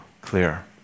clear